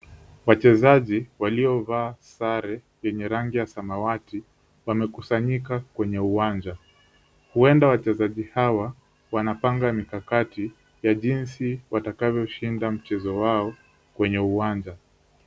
Wachezaji waliovaa sare yenye rangi ya samawati wamekusanyika kwenye uwanja. Huenda wachezaji hawa wanapanga mikakati ya jinsi watakavyoshinda mchezo wao kwenye uwanja.